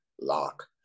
lock